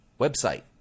website